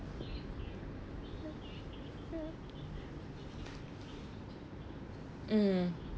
mm